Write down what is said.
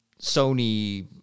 Sony